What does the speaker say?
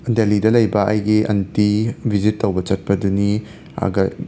ꯗꯦꯂꯤꯗ ꯂꯩꯕ ꯑꯩꯒꯤ ꯑꯟꯇꯤ ꯕꯤꯖꯤꯠ ꯇꯧꯕ ꯆꯠꯄꯗꯨꯅꯤ ꯑꯒ